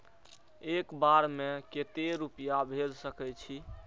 एक बार में केते रूपया भेज सके छी?